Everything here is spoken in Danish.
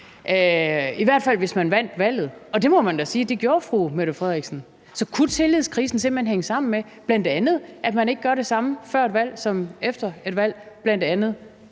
i hvert fald hvis man vandt valget. Og det må man da sige at fru Mette Frederiksen gjorde. Så kunne tillidskrisen simpelt hen bl.a. hænge sammen med, at man ikke gør det samme før et valg som efter et valg, bl.a.